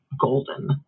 golden